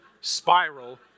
spiral